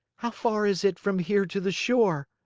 how far is it from here to the shore?